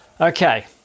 Okay